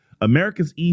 America's